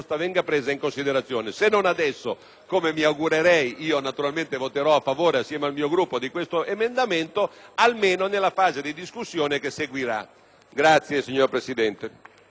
come mi augurerei - naturalmente voterò a favore, assieme al mio Gruppo, di questo emendamento - almeno nella fase di discussione che seguirà. *(Applausi dal